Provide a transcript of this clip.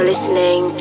Listening